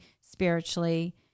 spiritually